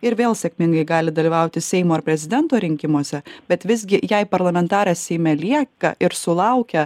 ir vėl sėkmingai gali dalyvauti seimo ar prezidento rinkimuose bet visgi jei parlamentaras seime lieka ir sulaukia